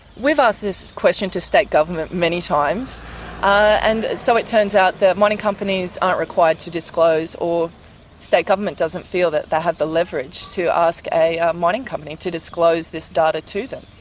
we've asked this question to state government many times and so it turns out that mining companies aren't required to disclose, or state government doesn't feel that they have the leverage to ask a ah mining company to disclose this data to them,